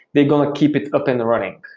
they're going to keep it up and running.